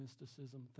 mysticism